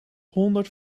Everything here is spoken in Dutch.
honderd